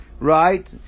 Right